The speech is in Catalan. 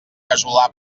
casolà